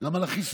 גם על החיסונים.